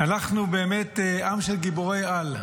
אנחנו באמת עם של גיבורי-על,